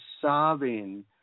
sobbing